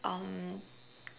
um